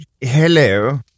hello